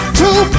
two